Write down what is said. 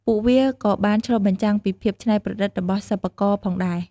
ពួកវាក៏បានឆ្លុះបញ្ចាំងពីភាពច្នៃប្រឌិតរបស់សិប្បករផងដែរ។